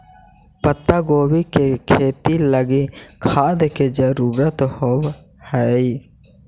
पत्तागोभी के खेती लागी खाद के जरूरत होब हई